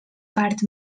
part